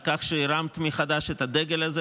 על כך שהרמת מחדש את הדגל הזה.